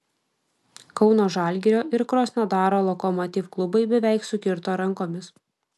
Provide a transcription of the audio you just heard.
kauno žalgirio ir krasnodaro lokomotiv klubai beveik sukirto rankomis